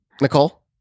Nicole